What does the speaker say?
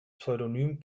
pseudonym